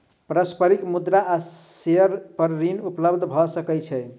पारस्परिक मुद्रा आ शेयर पर ऋण उपलब्ध भ सकै छै